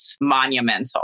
monumental